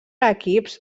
equips